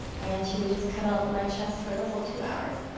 and she would just cuddle up on my chest for the whole two hours.